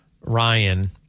Ryan